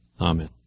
Amen